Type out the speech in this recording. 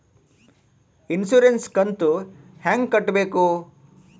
Insurance ಕಂತು ಹೆಂಗ ಕಟ್ಟಬೇಕು?